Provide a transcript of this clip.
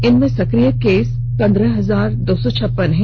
इनमें सक्रिय केस पंद्रह हजार दो सौ छप्पन हैं